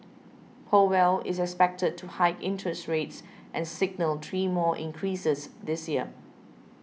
Powell is expected to hike interest rates and signal three more increases this year